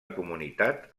comunitat